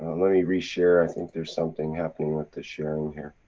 let me re-share, i think there's something happening with the sharing here.